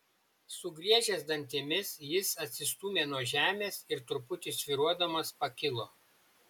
sugriežęs dantimis jis atsistūmė nuo žemės ir truputį svyruodamas pakilo